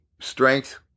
strength